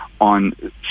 on